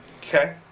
Okay